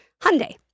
Hyundai